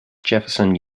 jefferson